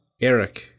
Eric